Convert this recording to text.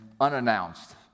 unannounced